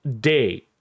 day